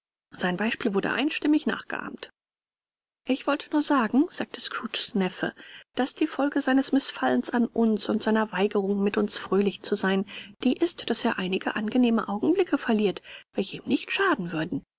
sein beispiel wurde einstimmig nachgeahmt ich wollte nur sagen sagte scrooges neffe daß die folge seines mißfallens an uns und seiner weigerung mit uns fröhlich zu sein die ist daß er einige angenehme augenblicke verliert welche ihm nicht schaden würden